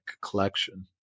collection